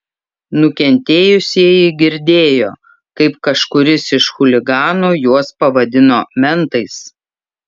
nukentėjusieji girdėjo kaip kažkuris iš chuliganų juos pavadino mentais